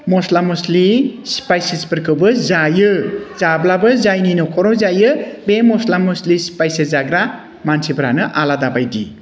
मस्ला मस्लि स्पाइसेसफोरखौबो जायो जाब्लाबो जायनि न'खराव जायो बे मस्ला मस्लि स्पाइसेस जाग्रा मानसिफोरानो आलादा बायदि